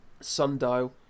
sundial